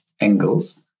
angles